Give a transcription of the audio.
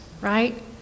right